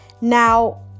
now